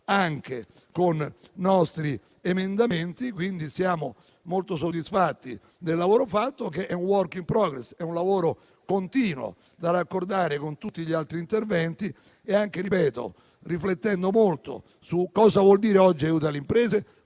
anche con nostri emendamenti, quindi siamo molto soddisfatti del lavoro svolto, che è un *work in progress*, un lavoro continuo da raccordare con tutti gli altri interventi, anche riflettendo molto su cosa voglia dire oggi aiuto le imprese